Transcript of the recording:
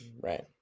right